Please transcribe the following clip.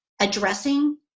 addressing